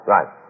Right